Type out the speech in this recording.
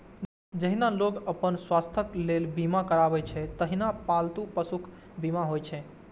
जहिना लोग अपन स्वास्थ्यक लेल बीमा करबै छै, तहिना पालतू पशुक बीमा होइ छै